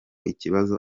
ikibazo